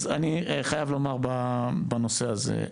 אז אני חייב לומר בנושא הזה,